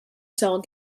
cell